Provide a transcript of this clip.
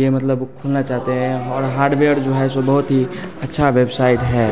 ये मतलब खोलना चाहते हैं और हार्डवेयर जो है सो बहुत ही अच्छा बेबसाइट है